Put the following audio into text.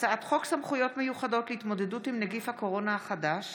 הצעת חוק סמכויות מיוחדות להתמודדות עם נגיף הקורונה החדש